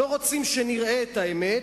לא רוצים שנראה את האמת,